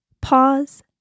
Pause